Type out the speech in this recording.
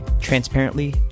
transparently